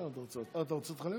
בוא.